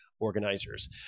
organizers